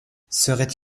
serait